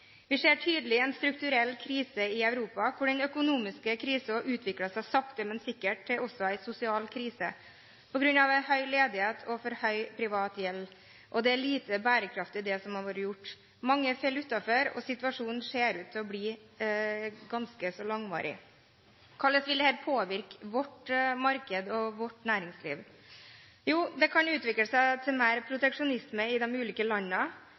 Vi ser tydelig en strukturell krise i Europa, hvor den økonomiske krisen har utviklet seg sakte, men sikkert til også å bli en sosial krise på grunn av høy ledighet og for høy privat gjeld. Det er lite bærekraftig det som har vært gjort. Mange faller utenfor og situasjonen ser ut til å bli ganske langvarig. Hvordan vil dette påvirke vårt marked og vårt næringsliv? Det kan utvikle seg til mer proteksjonisme i de ulike